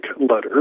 letter